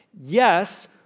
Yes